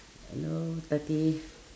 hello tati